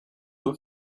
were